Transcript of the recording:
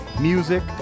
music